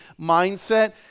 mindset